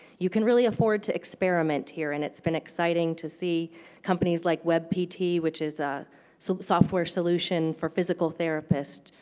you can really afford to experiment here. and it's been exciting to see companies like web pt, which is a so software solution for physical therapists,